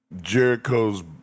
Jericho's